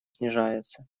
снижается